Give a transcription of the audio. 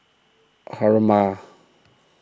Haruma